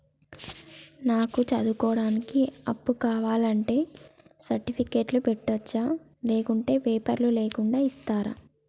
నాకు చదువుకోవడానికి అప్పు కావాలంటే సర్టిఫికెట్లు పెట్టొచ్చా లేకుంటే పేపర్లు లేకుండా ఇస్తరా?